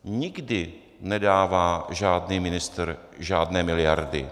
Nikdy nedává žádný ministr žádné miliardy.